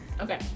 okay